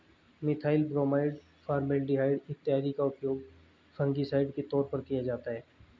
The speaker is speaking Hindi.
मिथाइल ब्रोमाइड, फॉर्मलडिहाइड इत्यादि का उपयोग फंगिसाइड के तौर पर किया जाता है